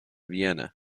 vienna